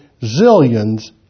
zillions